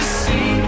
see